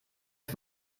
das